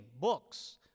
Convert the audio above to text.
books